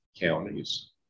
counties